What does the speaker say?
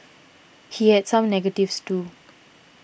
he had some negatives too